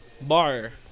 Bar